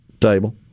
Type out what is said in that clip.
table